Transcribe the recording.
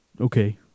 Okay